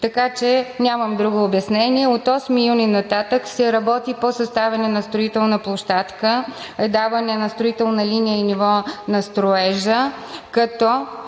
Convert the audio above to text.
избори, нямам друго обяснение. От 8 юни нататък се работи по съставяне на строителна площадка, предаване на строителна линия и ниво на строежа, като